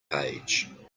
page